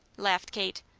laughed kate.